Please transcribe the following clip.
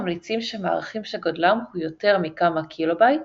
יש הממליצים שמערכים שגודלם הוא יותר מכמה קילו-בייט